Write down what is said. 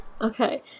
Okay